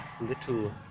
little